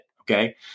okay